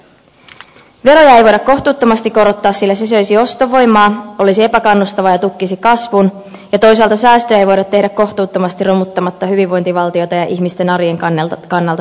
veroja ei voida kohtuuttomasti korottaa sillä se söisi ostovoimaa olisi epäkannustavaa ja tukkisi kasvun ja toisaalta säästöjä ei voida tehdä kohtuuttomasti romuttamatta hyvinvointivaltiota ja ihmisten arjen kannalta tärkeitä toimintoja